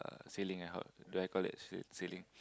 uh sailing ah how do I call it sail sailing